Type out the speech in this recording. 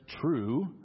true